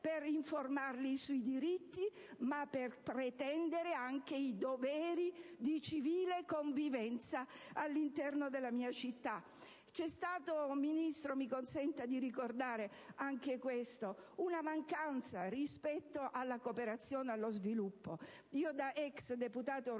per informarli sui diritti, ma anche per pretendere i doveri di civile convivenza all'interno della mia città. C'è stata - signor Ministro, mi consenta di ricordare anche questo - una mancanza rispetto alla cooperazione allo sviluppo. Da ex deputato